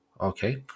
Okay